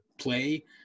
play